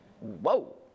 Whoa